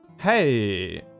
Hey